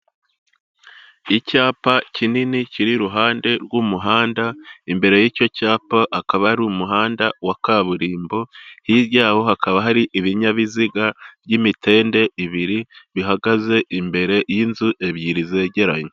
Icyapa kinini kiri iruhande rw'umuhanda, imbere y'icyo cyapa hakaba hari umuhanda wa kaburimbo, hirya yawo hakaba hari ibinyabiziga by'imitende ibiri bihagaze imbere y'inzu ebyiri zegeranye.